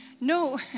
no